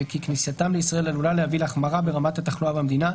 וכי כניסתם לישראל עלולה להביא להחמרה ברמת התחלואה במדינה,